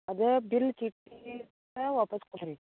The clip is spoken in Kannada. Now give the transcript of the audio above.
ಅದು ಬಿಲ್ ಚೀಟಿ ವಾಪಸ್ಸು ಕೊಡಿರಿ